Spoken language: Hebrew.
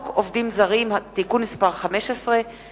אני מקווה שעשינו מעשה טוב ושימשיכו להפריח לנו את השממה.